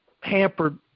hampered